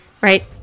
right